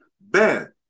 Ben